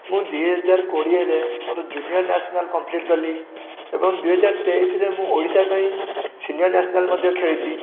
ମୁଁ ଦୁଇହଜାର କୋଡ଼ିଏରେ ମୋର ଜୁନିୟର ନ୍ୟାସନାଲ୍ କମ୍ପ୍ଲିଟ୍ କଲି ଏବଂ ଦୁଇହଜାର ତେଇଶରେ ମୁଁ ଓଡ଼ିଶା ପାଇଁ ସିନିୟର୍ ନ୍ୟାସନାଲ୍ ମଧ୍ୟ ଖେଳିଛି